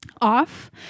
off